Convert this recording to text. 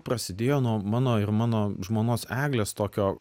prasidėjo nuo mano ir mano žmonos eglės tokio